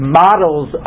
models